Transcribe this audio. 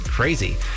crazy